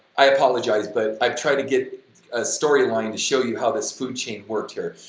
i apologize but i've tried to get a storyline to show you how this food chain worked here.